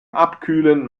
abkühlen